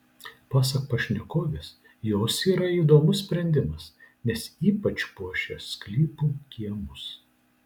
pasak pašnekovės jos yra įdomus sprendimas nes ypač puošia sklypų kiemus